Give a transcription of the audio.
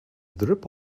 drip